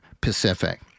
Pacific